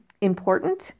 important